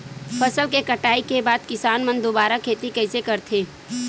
फसल के कटाई के बाद किसान मन दुबारा खेती कइसे करथे?